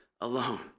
alone